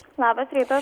labas rytas